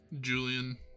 Julian